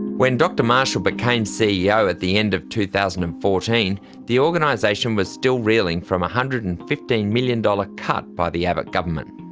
when dr marshall became ceo at the end of two thousand and fourteen the organisation was still reeling from a one hundred and fifteen million dollars cut by the abbott government.